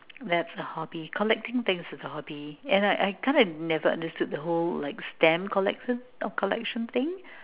that's the hobby collecting things is a hobby and I I kind of never understood the whole like stamp collection of collection things